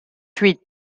huit